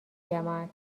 جماعت